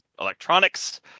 electronics